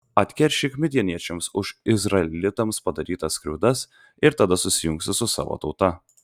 atkeršyk midjaniečiams už izraelitams padarytas skriaudas ir tada susijungsi su savo tauta